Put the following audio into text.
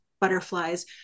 butterflies